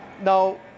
Now